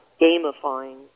gamifying